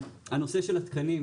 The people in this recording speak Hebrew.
הנושא של התקנים.